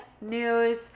news